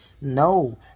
No